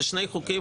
זה שני חוקים.